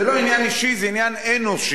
זה לא עניין אישי, זה עניין אנושי.